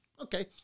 Okay